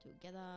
together